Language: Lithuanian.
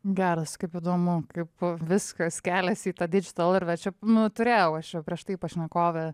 geras kaip įdomu kaip viskas keliasi čia nu turėjau aš prieš tai pašnekovę